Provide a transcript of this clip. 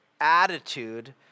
attitude